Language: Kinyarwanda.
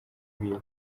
biwe